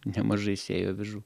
nemažai sėju avižų